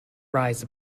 rise